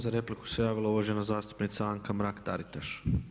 Za repliku se javila uvažena zastupnica Anka Mrak-Taritaš.